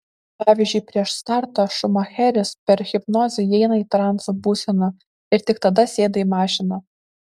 pavyzdžiui prieš startą šumacheris per hipnozę įeina į transo būseną ir tik tada sėda į mašiną